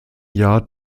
jahr